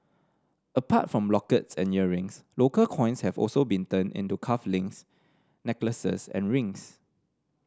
apart from lockets and earrings local coins have also been turned into cuff links necklaces and rings